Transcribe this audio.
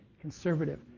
conservative